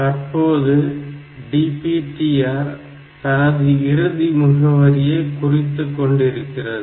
தற்போது DPTR தனது இறுதி முகவரியை குறித்துக் கொண்டிருக்கிறது